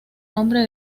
nombre